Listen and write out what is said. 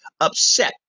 upset